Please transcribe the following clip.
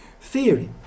theory